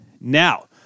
Now